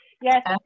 Yes